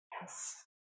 Yes